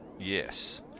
Yes